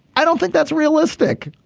i don't think that's realistic.